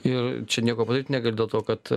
ir čia niekuo padaryt negali dėl to kad